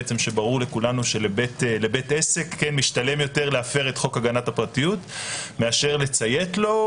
ברור שלבית עסק משתלם יותר להפר את חוק הגנת הפרטיות מאשר לציית לו.